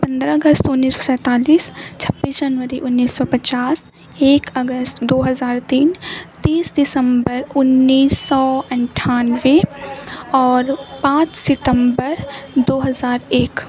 پندرہ اگست انّیس سو سینتالیس چھبیس جنوری انّیس سو پچاس ایک اگست دو ہزار تین تیس دسمبر انّیس سو اٹھانوے اور پانچ ستمبر دو ہزار ایک